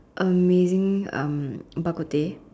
amazing um bak-kut-teh